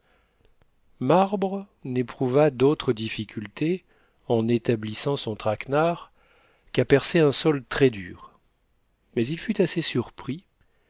marbre n'éprouva d'autre difficulté en établissant son traquenard qu'à percer un sol très dur mais il fut assez surpris